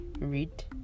read